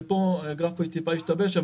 פה הגרף טיפה השתבש,